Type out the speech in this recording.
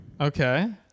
Okay